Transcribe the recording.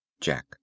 Jack